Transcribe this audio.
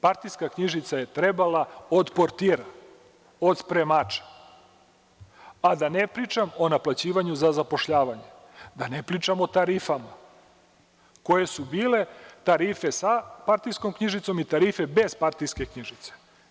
Partijska knjižica je trebala od portira, od spremača, a da ne pričam o naplaćivanju za zapošljavanje, da ne pričam o tarifama koje su bile tarife sa partijskom knjižicom i tarife bez partijske knjižice.